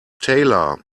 tailor